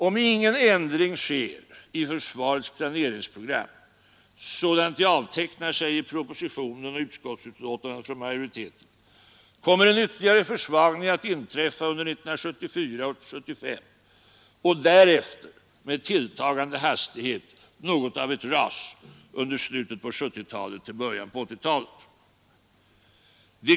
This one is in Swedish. Om ingen ändring sker i försvarets planeringsprogram, sådant det avtecknar sig i propositionen och utskottsbetänkandet från majoriteten, kommer en ytterligare försvagning att inträffa under 1974 och 1975 och därefter, med tilltagande hastighet, något av ett ras från slutet av 1970-talet fram till början av 1980-talet.